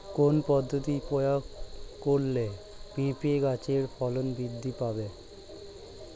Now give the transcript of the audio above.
কোন পদ্ধতি প্রয়োগ করলে পেঁপে গাছের ফলন বৃদ্ধি পাবে?